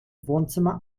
wohnzimmer